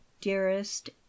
dearest